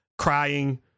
crying